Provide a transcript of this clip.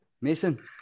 Mason